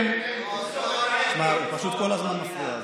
הוא פשוט כל הזמן מפריע.